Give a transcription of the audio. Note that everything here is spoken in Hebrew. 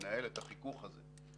שמנהל את החיכוך הזה,